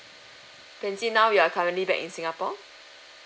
pansy now you are currently back in singapore